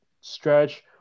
stretch